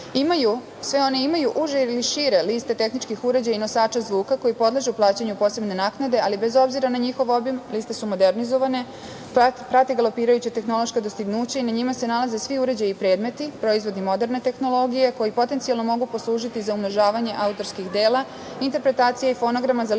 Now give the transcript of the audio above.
one imaju uže ili šire liste tehničkih uređaja i nosača zvuka koji podležu plaćanju posebne naknade, ali bez obzira na njihov obim liste su modernizovane, prate galopirajuća tehnološka dostignuća i na njima se nalaze svi uređaji i predmeti, proizvodi moderne tehnologije, koji potencijalno mogu poslužiti za umnožavanje autorskih dela, interpretacije fonograma za lične